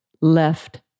left